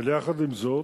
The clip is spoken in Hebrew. אבל יחד עם זאת,